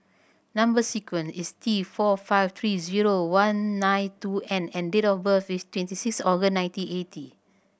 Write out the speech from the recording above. number sequence is T four five three zero one nine two N and date of birth is twenty six August nineteen eighty